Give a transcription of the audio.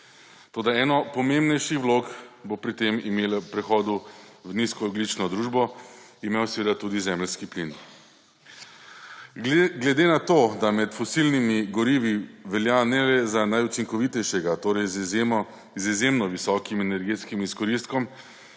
toda eno pomembnejših vlog bo ob prehodu v nizkoogljično družbo imel seveda tudi zemeljski plin. Glede na to, da med fosilnimi gorivi velja ne le za najučinkovitejšega, torej z izjemno visokim energetskim izkoristkom,